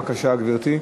בבקשה, גברתי.